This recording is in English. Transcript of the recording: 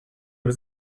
was